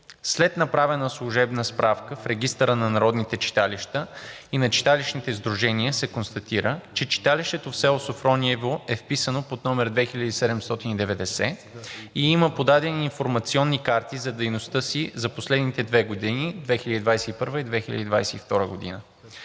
след направена служебна справка в Регистъра на народните читалища и читалищните сдружения се констатира, че читалището в село Софрониево е вписано под № 2790 и има подадени информационни карти за дейността си за последните две години – 2021 г. и 2022 г.